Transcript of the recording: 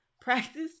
Practice